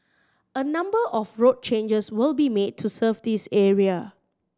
a number of road changes will be made to serve this area